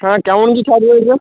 হ্যাঁ কেমন কী ছাড় রয়েছে